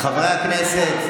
חברי הכנסת,